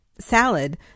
Salad